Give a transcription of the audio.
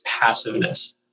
passiveness